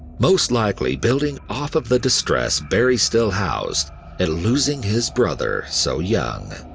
most likely building off of the distress barrie still housed in losing his brother so young.